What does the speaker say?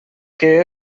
què